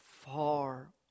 far